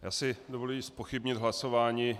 Já si dovoluji zpochybnit hlasování.